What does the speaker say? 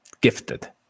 gifted